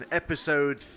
episode